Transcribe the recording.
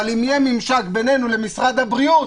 אבל אם יהיה ממשק בינינו לבין משרד הבריאות,